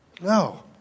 No